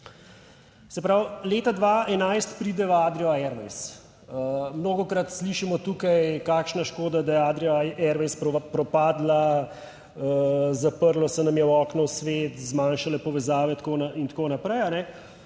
Se pravi, leta 2011 pride v Adrio Airways. Mnogokrat slišimo tukaj, kakšna škoda, da je Adria Airways propadla, zaprlo se nam je okno v svet, zmanjšale povezave in tako naprej.